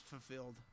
fulfilled